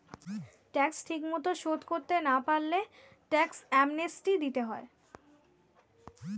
tax ঠিকমতো শোধ করতে না পারলে ট্যাক্স অ্যামনেস্টি দিতে হয়